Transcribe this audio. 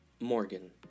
Morgan